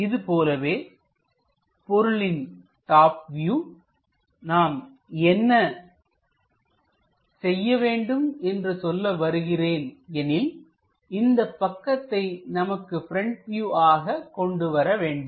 இதுபோலவே பொருளின் top view நாம் என்ன செய்ய வேண்டும் என்று சொல்ல வருகிறேன் எனில் இந்தப் பக்கத்தை நமக்கு பிரண்ட் வியூ ஆக கொண்டுவரவேண்டும்